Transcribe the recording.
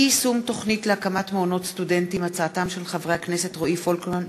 התשע"ו 2016, מאת חבר הכנסת אלעזר שטרן,